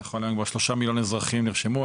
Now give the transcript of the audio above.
שנכון להיום כבר 3 מיליון אזרחים נרשמו.